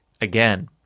again